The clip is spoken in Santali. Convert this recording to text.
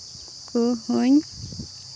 ᱩᱱᱠᱩ ᱦᱚᱸᱧ